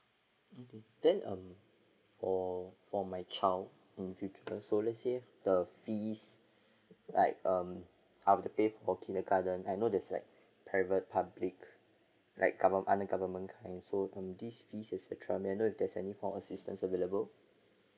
then um for for my child in future so let's say the fees like um I've to pay for kindergarten I know there's like private public right come under government kind so this this fees et cetera may I know there's any assistance available